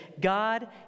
God